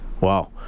Wow